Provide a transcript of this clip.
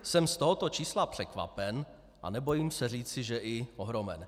Jsem z tohoto čísla překvapen a nebojím se říci, že i ohromen.